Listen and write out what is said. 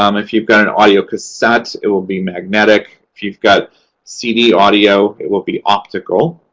um if you've got an audiocassette, it will be magnetic. if you've got cd audio, it will be optical.